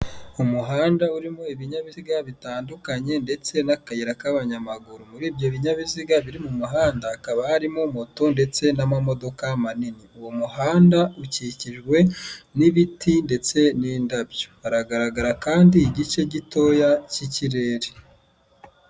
Umuhanda urimo ibinyabiziga bitandukanye ndetse n'akayira k'abanyamaguru, muri ibyo binyabiziga biri mu muhanda hakaba harimo moto, ndetse n'amamodoka manini. Uwo muhanda ukikijwe n'ibiti ndetse n'indabyo haragaragara kandi igice gitoya cy'ikirere.